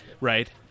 right